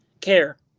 care